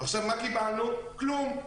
לא קיבלנו כלום.